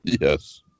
yes